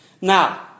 Now